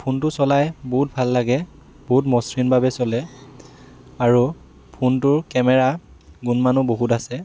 ফোনটো চলাই বহুত ভাল লাগে বহুত মসৃণভাৱে চলে আৰু ফোনটোৰ কেমেৰা গুণমানো বহুত আছে